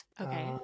Okay